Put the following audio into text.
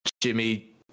Jimmy